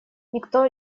никто